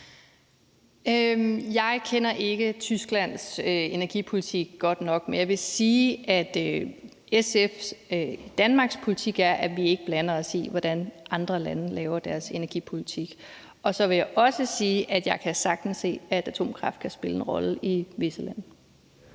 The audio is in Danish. Jeg kender ikke Tysklands energipolitik godt nok, men jeg vil sige, at SF's politik i Danmark er, at vi ikke blander os i, hvordan andre lande laver deres energipolitik. Og så vil jeg også sige, at jeg sagtens kan se, at atomkraft kan spille en rolle i visse lande.